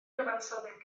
cyfansoddyn